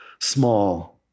small